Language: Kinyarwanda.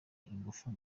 ingufu